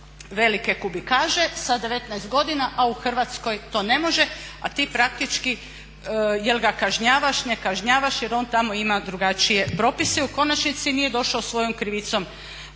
velike kubikaže sa 19 godina a u Hrvatskoj to ne može, a ti praktički jel kažnjavaš, ne kažnjavaš, jer on tamo ima drugačije propise i u konačnici nije došao svojom krivicom